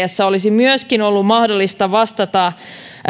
henkilöstörakenteessa olisi myöskin ollut mahdollista vastata